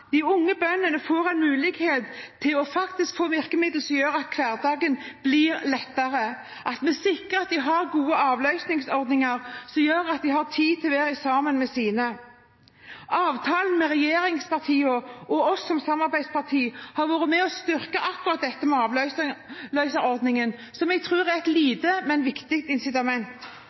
de unge bøndene får mulighet til å få virkemidler som gjør at hverdagen blir lettere, og at vi sikrer at de har gode avløserordninger, som gjør at de har tid til å være sammen med sine. Avtalen mellom regjeringspartiene og oss som samarbeidsparti har vært med og styrket akkurat dette med avløserordningen, som vi tror er et lite, men viktig